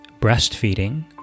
breastfeeding